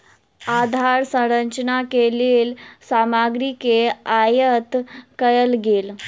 आधार संरचना के लेल सामग्री के आयत कयल गेल